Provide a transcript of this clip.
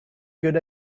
good